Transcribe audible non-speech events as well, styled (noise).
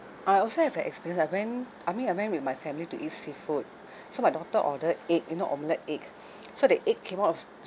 I also have an experience I went I mean I went with my family to eat seafood (breath) so my daughter ordered egg you know omelette egg (noise) so that egg came out was